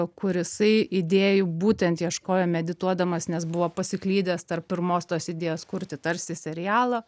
kur jisai idėjų būtent ieškojo medituodamas nes buvo pasiklydęs tarp pirmos tos idėjos kurti tarsi serialą